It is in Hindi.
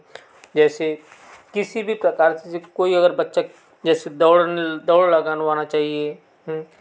जैसे किसी भी प्रकार से कोई अगर बच्चा जैसे दौड़ दौड़ लगवाना चाहिए